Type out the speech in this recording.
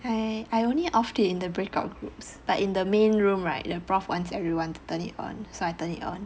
I I only off it in the breakout groups but in the main room right the prof wants everyone to turn it on so I turn it on